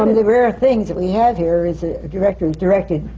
um the rare thing that we have here is a director who's directed,